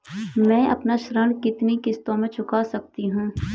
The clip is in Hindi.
मैं अपना ऋण कितनी किश्तों में चुका सकती हूँ?